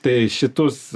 tai šitus